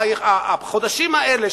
החודשים האלה,